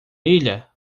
ilha